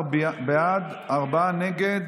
18 בעד, ארבעה נגד.